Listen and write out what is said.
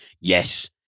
Yes